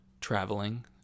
traveling